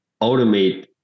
automate